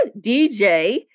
DJ